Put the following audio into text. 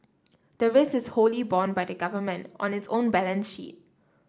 the risk is wholly borne by the Government on its own balance sheet